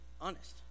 honest